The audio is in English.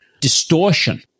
distortion